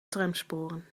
tramsporen